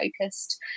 focused